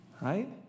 right